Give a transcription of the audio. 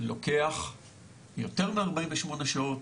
לוקח יותר מ-48 שעות,